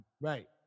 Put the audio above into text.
right